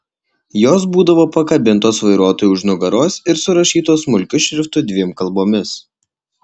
jos būdavo pakabintos vairuotojui už nugaros ir surašytos smulkiu šriftu dviem kalbomis